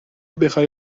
بخای